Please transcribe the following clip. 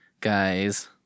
guys